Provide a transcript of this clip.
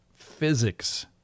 physics